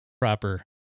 proper